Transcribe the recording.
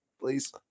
please